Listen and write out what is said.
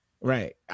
Right